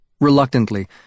Reluctantly